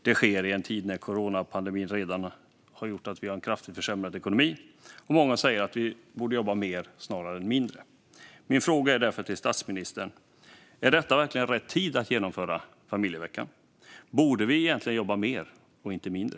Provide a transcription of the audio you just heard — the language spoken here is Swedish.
Detta sker i en tid när coronapandemin redan har gjort att vi har en kraftigt försämrad ekonomi, och många säger att vi borde jobba mer snarare än mindre. Min fråga till statsministern är därför: Är detta verkligen rätt tid att genomföra familjeveckan? Borde vi egentligen jobba mer och inte mindre?